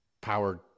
powered